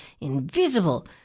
invisible